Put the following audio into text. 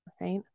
Right